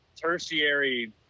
tertiary